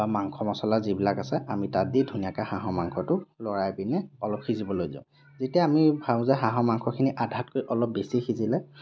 বা মাংসৰ মছলা যিবিলাক আছে আমি তাত দি ধুনীয়াকৈ হাঁহৰ মাংসটো লৰাই পিনে অলপ সিজিবলৈ দিওঁ যেতিয়া আমি যে হাঁহৰ মাংসখিনি আধাতকৈ অলপ বেছি সিজিলে